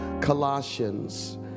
Colossians